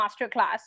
masterclass